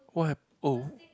what hap~ oh